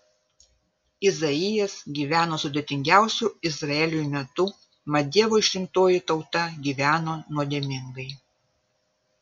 izaijas gyveno sudėtingiausiu izraeliui metu mat dievo išrinktoji tauta gyveno nuodėmingai